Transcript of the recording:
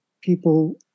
people